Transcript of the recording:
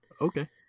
Okay